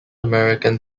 american